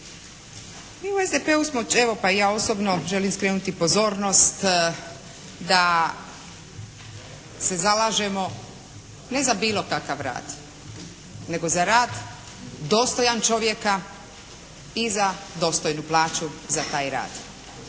Mi u SDP-u smo, evo pa i ja osobno, želim skrenuti pozornost da se zalažemo ne za bilo kakav rad nego za rad dostojan čovjeka i za dostojnu plaću za taj rad.